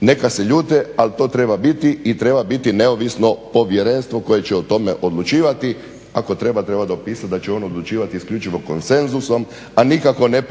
neka se ljute, ali to treba biti i treba biti neovisno povjerenstvo koje će o tome odlučivati. Ako treba treba dopisati da će ono odlučivati isključivo konsenzusom, a nikako ne